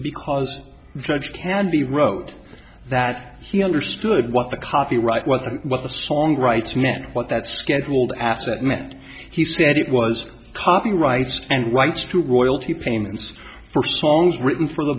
because judge can be wrote that he understood what the copyright was and what the song writing it what that scheduled asset meant he said it was copyright and rights to royalty payments for songs written for the